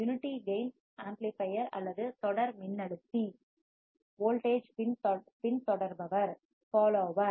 unity gain amplifier அல்லது தொடர் மின்னழுத்தி வோல்டேஜ் பின்தொடர்பவர் ஃபால் ஓவர்